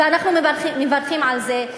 ואנחנו מברכים על זה,